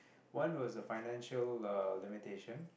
one was the financial uh limitation